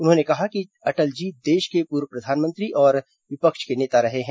उन्होंने कहा है कि अटल जी देश के पूर्व प्रधानमंत्री और विपक्ष के नेता रहे हैं